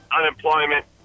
unemployment